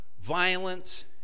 violence